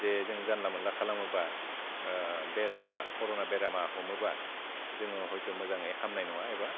जे जों जानला मोनला खालामोबा बेरामा करना बेरामा हमोबा जोङो हयथ' मोजाङै हामनाय नङा एबा